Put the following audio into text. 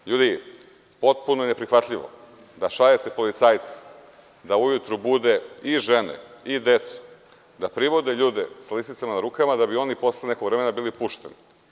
Pa, ljudi, potpuno je neprihvatljivo da šaljete policajce da ujutru bude i žene i decu, da privode ljude sa lisicama na rukama, da bi oni posle nekog vremena bili pušteni.